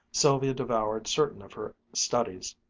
sylvia devoured certain of her studies,